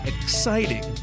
exciting